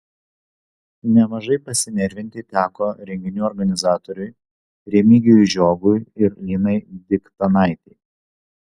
nemažai pasinervinti teko renginių organizatoriui remigijui žiogui ir linai diktanaitei